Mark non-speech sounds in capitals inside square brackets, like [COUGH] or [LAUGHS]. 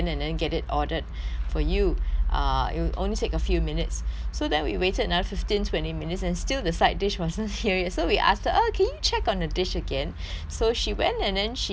for you [BREATH] ah it'll only take a few minutes [BREATH] so then we waited another fifteen twenty minutes and still the side dish wasn't [LAUGHS] here yet so we asked her uh can you check on the dish again [BREATH] so she went and then she she didn't come back